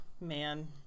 man